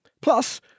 Plus